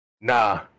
Nah